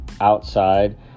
outside